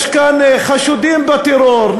יש כאן חשודים בטרור,